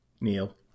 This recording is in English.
Neil